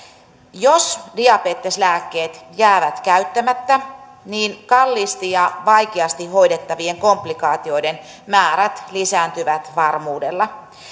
jos diabeteslääkkeet jäävät käyttämättä niin kalliisti ja vaikeasti hoidettavien komplikaatioiden määrät lisääntyvät varmuudella